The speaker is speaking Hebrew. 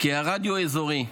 כי הרדיו הוא אזורי.